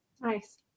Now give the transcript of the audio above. Nice